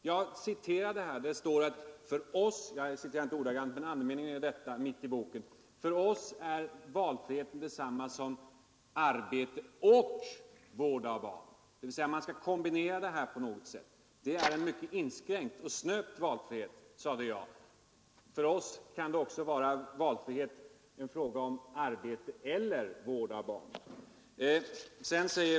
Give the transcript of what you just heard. Jag citerade här något som står mitt i boken — jag citerade inte ordagrant, men andemeningen är denna: För oss är valfriheten detsamma som arbetet och vård av barn. Man skall alltså på något sätt åstadkomma en kombination. Det är en mycket inskränkt och snöpt valfrihet, sade jag. För oss är valfrihet också en fråga om arbete eller vård av barn.